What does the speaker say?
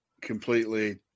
completely